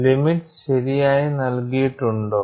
limits ശരിയായി നൽകിയിട്ടുണ്ടോ